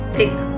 take